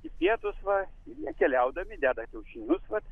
į pietus va jie keliaudami deda kiaušinius vat